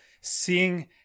seeing